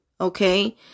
okay